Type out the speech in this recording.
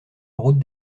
route